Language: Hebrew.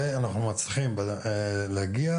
ואנחנו מצליחים להגיע,